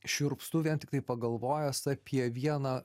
šiurpstu vien tiktai pagalvojęs apie vieną